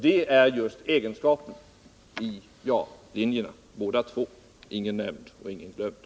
Det är just egenskapen hos ja-linjerna, båda två — ingen nämnd och ingen glömd.